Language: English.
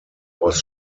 was